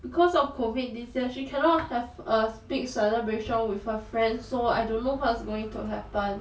because of covid this year she cannot have a big celebration with her friends so I don't know what's going to happen